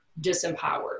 disempowered